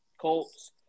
Colts